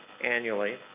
annually